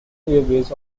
airways